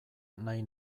nahi